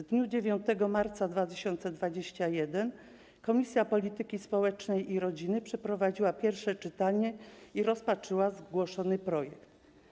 W dniu 9 marca 2021 r. Komisja Polityki Społecznej i Rodziny przeprowadziła pierwsze czytanie i rozpatrzyła zgłoszony projekt.